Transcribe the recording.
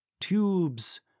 tubes